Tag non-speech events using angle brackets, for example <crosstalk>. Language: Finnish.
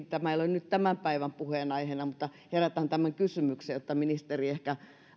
<unintelligible> tämä ei ole nyt tämän päivän puheenaiheena mutta herätän tämän kysymyksen jotta ministeri ehkä